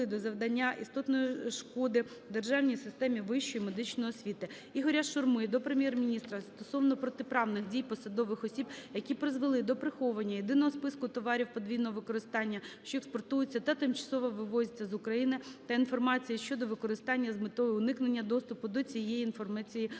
до завдання істотної шкоди державній системі вищої медичної освіти. Ігоря Шурми до Прем'єр-міністра стосовно протиправних дій посадових осіб, які призвели до приховування Єдиного списку товарів подвійного використання, що експортуються та тимчасово вивозяться з України та інформації щодо використання з метою уникнення доступу до цієї інформації